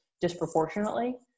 disproportionately